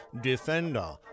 defender